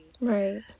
right